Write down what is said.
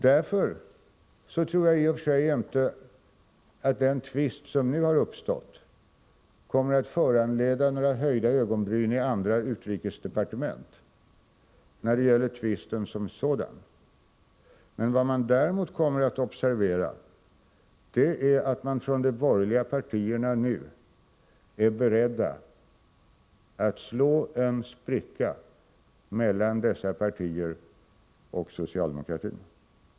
Därför tror jag i och för sig inte att den tvist som nu har uppstått som sådan kommer att föranleda några höjda ögonbryn i andra utrikesdepartement. Vad man däremot kommer att observera är att de borgerliga partierna nu är beredda att slå en spricka mellan dessa partier och socialdemokratin.